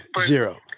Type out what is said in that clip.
Zero